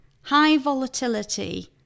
high-volatility